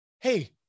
hey